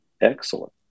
excellent